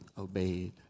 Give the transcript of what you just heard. Obeyed